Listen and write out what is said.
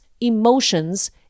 emotions